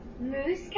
Moose